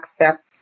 accept